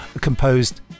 composed